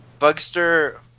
Bugster